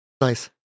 Nice